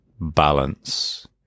balance